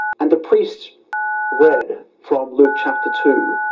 and the priest read from luke chapter two,